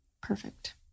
Perfect